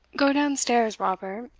go down stair, robert,